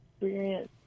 experience